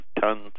tons